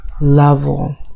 level